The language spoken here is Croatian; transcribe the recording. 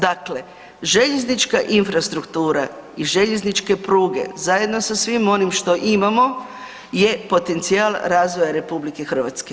Dakle, željeznička infrastruktura i željezničke pruge zajedno sa svim onim što imamo je potencijal razvoja RH.